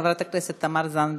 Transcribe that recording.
חברת הכנסת תמר זנדברג,